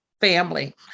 family